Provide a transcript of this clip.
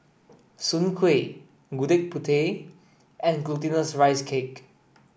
Soon Kuih Gudeg Putih and glutinous rice cake